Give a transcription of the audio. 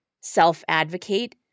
self-advocate